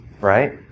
right